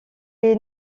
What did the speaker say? est